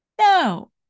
No